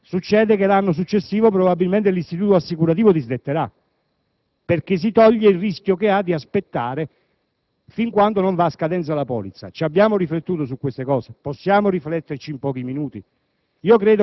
infarto? Che l'anno successivo, probabilmente, l'istituto assicurativo disdetterà, perché si libera dal rischio di aspettare fin quando non va a scadenza la polizza. Abbiamo riflettuto su questo fatto? Possiamo rifletterci in pochi minuti?